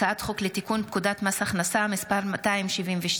הצעת חוק לתיקון פקודת מס הכנסה (מס' 272),